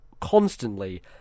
constantly